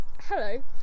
Hello